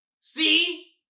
See